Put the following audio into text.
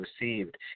received